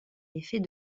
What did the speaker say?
effet